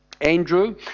andrew